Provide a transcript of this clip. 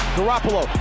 Garoppolo